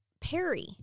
Perry